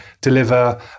deliver